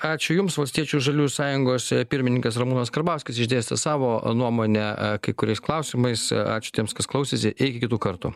ačiū jums valstiečių žaliųjų sąjungos pirmininkas ramūnas karbauskis išdėstė savo nuomonę kai kuriais klausimais ačiū tiems kas klausėsi iki kitų kartų